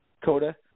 Coda